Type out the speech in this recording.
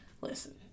Listen